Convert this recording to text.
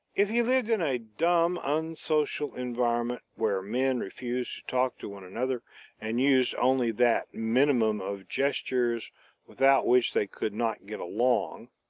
if he lived in a dumb unsocial environment where men refused to talk to one another and used only that minimum of gestures without which they could not get along,